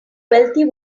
wealthy